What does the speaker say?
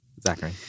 Zachary